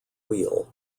wheel